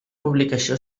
publicació